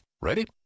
Ready